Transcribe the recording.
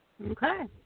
Okay